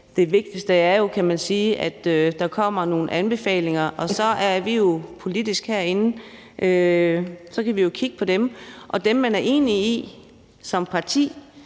Det vigtigste er jo, at der kommer nogle anbefalinger. Så kan vi politisk herinde jo kigge på dem, og dem, man er enig med som parti,